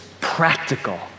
practical